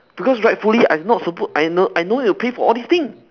because rightfully I not supposed I no I no need pay for all this thing